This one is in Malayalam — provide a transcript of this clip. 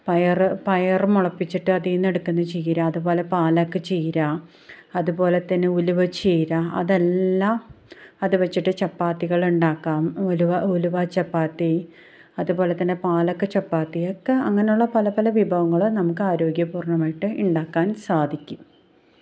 പയർ പയർ മുളപ്പിച്ചിട്ട് അതിൽ നിന്നെടുക്കുന്ന ചീര അതുപോലെ പാലക്ക് ചീര അതുപോലെത്തന്നെ ഉലുവ ചീര അതെല്ലാം അതു വെച്ചിട്ട് ചപ്പാത്തികൾ ഉണ്ടാക്കാം ഉലുവ ഉലുവ ചപ്പാത്തി അതുപോലെത്തന്നെ പാലക്ക് ചപ്പാത്തി ഒക്കെ അങ്ങനെയുള്ള പല പല വിഭവങ്ങൾ നമുക്ക് ആരോഗ്യം പൂർണ്ണമായിട്ട് ഉണ്ടാക്കാൻ സാധിക്കും